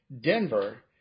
Denver